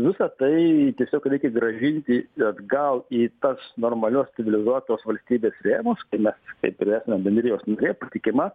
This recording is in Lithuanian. visa tai tiesiog reikia grąžinti atgal į tas normalios civilizuotos valstybės rėmus kai mes kaip ir esame bendrijos narė patikima